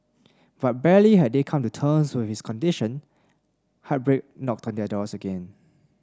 but barely had they come to turns with his condition heartbreak knocked their doors again